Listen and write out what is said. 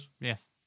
Yes